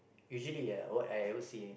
usually yeah what I ever see